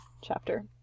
chapter